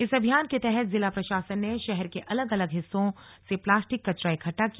इस अभियान के तहत जिला प्रशासन ने शहर के अलग अलग हिस्सों से प्लास्टिक कचरा इकट्टा किया